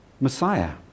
messiah